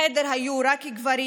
בחדר היו רק גברים.